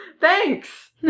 Thanks